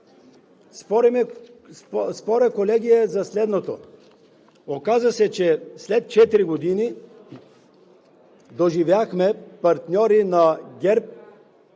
Спорът, колеги, е за следното – оказа се, че след четири години доживяхме партньори на ГЕРБ